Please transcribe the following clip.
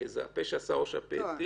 כי הפה שאסר הוא הפה שהתיר,